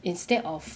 instead of